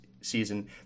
season